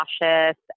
nauseous